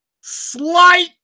slight